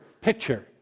Picture